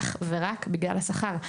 אך ורק בגלל השכר.